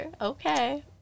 okay